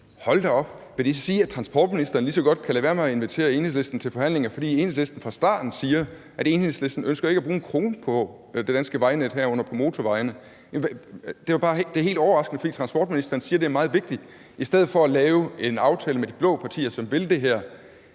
(LA): Hold da op. Vil det så sige, at transportministeren lige så godt kan lade være med at invitere Enhedslisten til forhandlinger, fordi Enhedslisten fra starten siger, at Enhedslisten ikke ønsker at bruge 1 kr. på det danske vejnet, herunder på motorvejene? Det er bare helt overraskende, for transportministeren siger, at det i stedet for at lave en aftale med de blå partier, som vil det her,